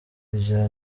rya